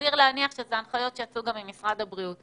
סביר להניח שאלו הנחיות שיצאו גם ממשרד הבריאות.